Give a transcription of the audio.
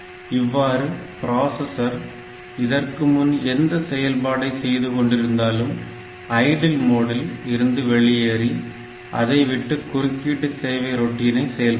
இவ்வாறு பிராசஸர் இதற்கு முன் எந்த செயல்பாடை செய்து கொண்டிருந்தாலும் ஐடில் மோடில் இருந்து வெளியேறி அதை விட்டு குறுக்கீட்டு சேவை ரொட்டீனை செயல்படுத்தும்